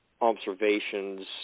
observations